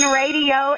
radio